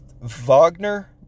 Wagner